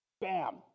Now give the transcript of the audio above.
Bam